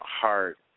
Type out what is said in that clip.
heart